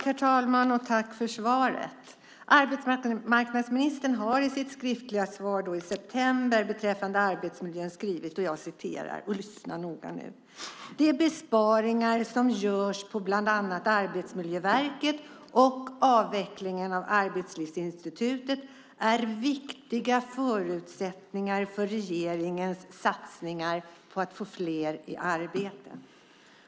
Herr talman! Tack för svaret. Arbetsmarknadsministern har i sitt skriftliga svar i september beträffande arbetsmiljön skrivit - lyssna noga nu: De besparingar som görs på bland annat Arbetsmiljöverket och avvecklingen av Arbetslivsinstitutet är viktiga förutsättningar för regeringens satsningar på att få fler i arbete.